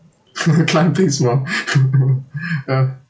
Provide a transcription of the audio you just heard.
climbing the school ah uh